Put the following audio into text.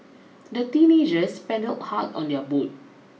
the teenagers paddled hard on their boat